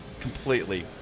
completely